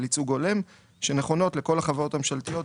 ייצוג הולם שנכונות לכל החברות הממשלתיות,